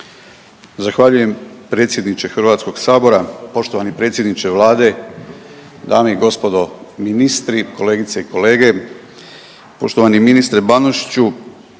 Zahvaljujem predsjedniče HS, poštovani predsjedniče vlade, dame i gospodo, ministri, kolegice i kolege. Poštovani ministre Banožiću,